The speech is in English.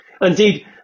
Indeed